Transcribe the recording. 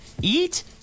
Eat